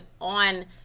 on